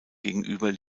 gegenüber